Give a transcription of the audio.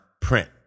print